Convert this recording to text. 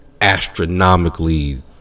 astronomically